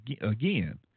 again